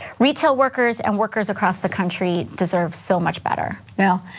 retail workers and workers across the country deserve so much better. yeah,